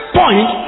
point